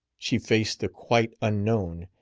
she faced the quite unknown,